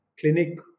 clinic